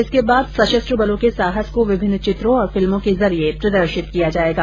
इसके बाद सशस्त्र बलों के साहस को विभिन्न चित्रों और फिल्मों के जरिये प्रदर्शित किया जायेगा